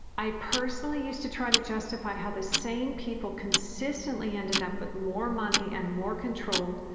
i personally used to try to justify how the same people consistently ended up with more money and more control,